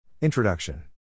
Introduction